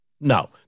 no